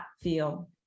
feel